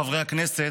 חברי הכנסת,